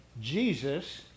Jesus